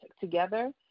together